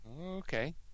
Okay